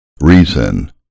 reason